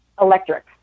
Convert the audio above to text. electric